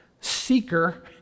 seeker